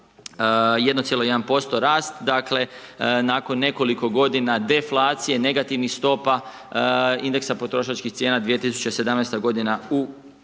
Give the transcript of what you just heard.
1,1% rast, dakle, nakon nekoliko g. deflacije, negativnih stopa indeksa potrošačkih cijena 2017. g. u totalu